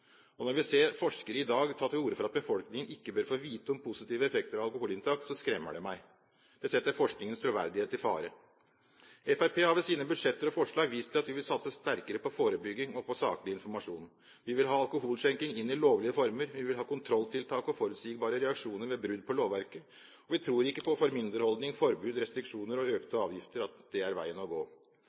Når vi ser forskere i dag ta til orde for at befolkningen ikke bør få vite om positive effekter av alkoholinntak, skremmer det meg. Det setter forskningens troverdighet i fare. Fremskrittspartiet har ved sine budsjetter og forslag vist at vi vil satse sterkere på forebygging og saklig informasjon. Vi vil ha alkoholsjenking inn i lovlige former. Vi vil ha kontrolltiltak og forutsigbare reaksjoner ved brudd på lovverket. Vi tror ikke at formynderholdning, forbud, restriksjoner og økte avgifter er veien å gå.